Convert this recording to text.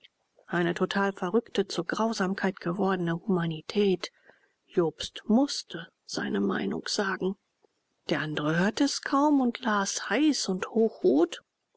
eine total verrückte zur grausamkeit gewordene humanität jobst mußte seine meinung sagen der andere hörte es kaum und las heiß und hochrot